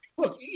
Look